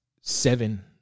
seven